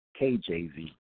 KJV